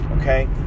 okay